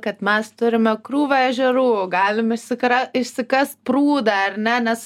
kad mes turime krūvą ežerų galim išsikra išsikast prūdą ar ne nes